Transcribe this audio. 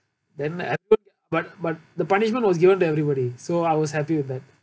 then but but the punishment was given to everybody so I was happy with that